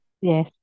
Yes